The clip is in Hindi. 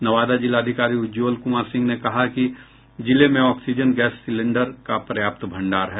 नवादा जिलाधिकारी उज्जवल कुमार सिंह ने कहा है कि जिले में ऑक्सीजन गैस सिलेंडर का पर्याप्त भण्डार है